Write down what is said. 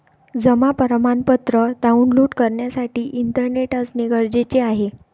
जमा प्रमाणपत्र डाऊनलोड करण्यासाठी इंटरनेट असणे गरजेचे आहे